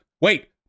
Wait